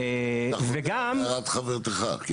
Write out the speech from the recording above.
זו הערת חברתך.